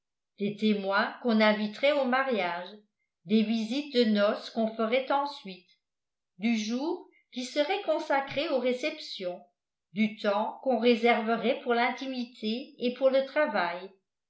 des témoins qu'on inviterait au mariage des visites de noce qu'on ferait ensuite du jour qui serait consacré aux réceptions du temps qu'on réserverait pour l'intimité et pour le travail